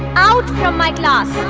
out from my class